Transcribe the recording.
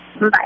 Bye